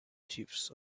chiefs